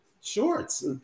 shorts